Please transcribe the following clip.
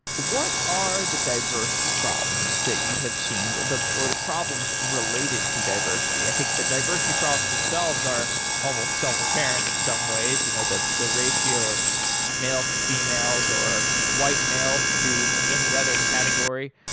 what are the diversity problems that you have seen, or the problems related to diversity? i think the diversity problems themselves are almost self-apparent in some ways. you know the the ratio of males to females, or white males to any other category.